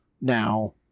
now